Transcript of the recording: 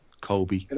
Kobe